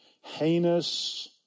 heinous